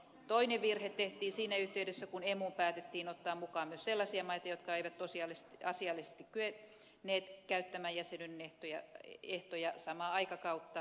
toinen virhe tehtiin siinä yhteydessä kun emuun päätettiin ottaa mukaan myös sellaisia maita jotka eivät tosiasiallisesti kyenneet täyttämään jäsenyyden ehtoja samaa aikakautta